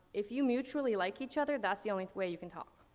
if you mutually like each other that's the only way you can talk.